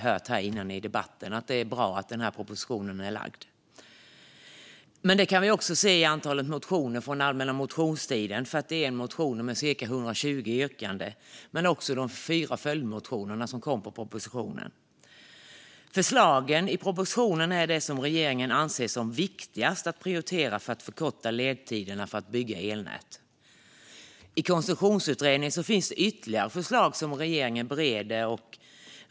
Det är bra att den här propositionen har lagts fram. Vi kan också se det i antalet motioner från allmänna motionstiden. Det är 41 motioner med cirka 120 yrkanden, och det är också fyra följdmotioner till propositionen. Förslagen i propositionen är det som regeringen anser som viktigast att prioritera för att förkorta ledtiderna för att bygga elnät. I koncessionsutredningen finns ytterligare förslag som regeringen bereder.